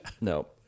No